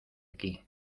aquí